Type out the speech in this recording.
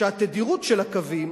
שתדירות של הקווים,